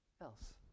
else